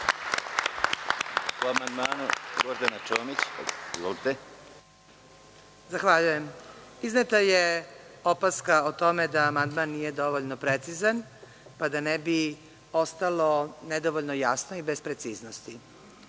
Čomić** Izneta je opaska o tome da amandman nije dovoljno precizan, pa da ne bi ostalo nedovoljno jasno i bez preciznosti. Rod